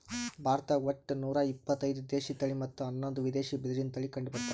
ಭಾರತ್ದಾಗ್ ಒಟ್ಟ ನೂರಾ ಇಪತ್ತೈದು ದೇಶಿ ತಳಿ ಮತ್ತ್ ಹನ್ನೊಂದು ವಿದೇಶಿ ಬಿದಿರಿನ್ ತಳಿ ಕಂಡಬರ್ತವ್